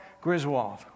Griswold